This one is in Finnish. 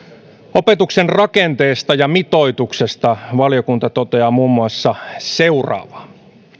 opetuksen rakenteesta ja mitoituksesta valiokunta toteaa muun muassa seuraavaa